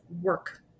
work